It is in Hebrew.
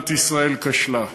מדינת ישראל כשלה.